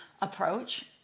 approach